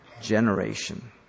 generation